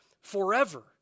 forever